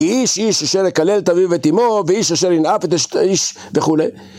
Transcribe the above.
איש איש אשר יקלל את אביו ואת אמו, ואיש אשר ינאף את אשת איש וכולי.